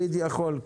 מופיד יכול,